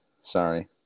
Sorry